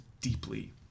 deeply